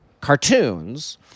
cartoons